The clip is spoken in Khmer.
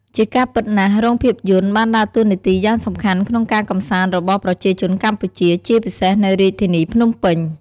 ជាការពិតណាស់ រោងភាពយន្តបានដើរតួនាទីយ៉ាងសំខាន់ក្នុងការកម្សាន្តរបស់ប្រជាជនកម្ពុជា ជាពិសេសនៅរាជធានីភ្នំពេញ។